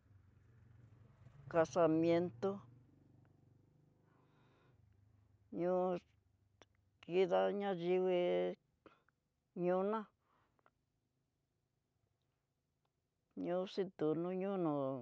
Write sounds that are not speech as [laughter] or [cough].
[hesitation] casamiento kida ñá nyivii ñoná, ñoxitó ñóo no'o